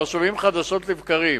ואנחנו שומעים חדשות לבקרים,